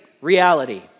reality